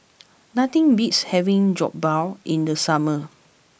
nothing beats having Jokbal in the summer